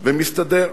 ומסתדר.